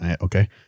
Okay